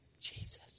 Jesus